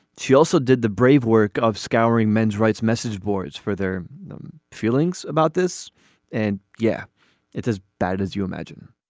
she also did the brave work of scouring men's rights message boards for their feelings about this and yeah it says that as you imagine.